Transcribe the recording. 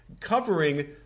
covering